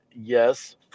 Yes